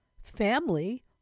family